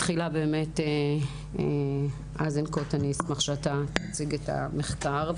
תחילה, מאיר אזנקוט, אני אשמח שתציג את המחקר.